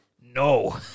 no